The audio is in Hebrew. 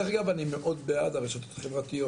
דרך אגב אני מאוד בעד הרשתות החברתיות,